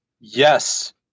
Yes